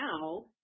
now